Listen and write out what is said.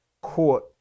court